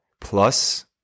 Plus